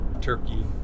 turkey